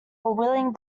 willing